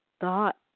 thought